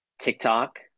TikTok